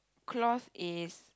cloth is